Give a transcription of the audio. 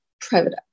private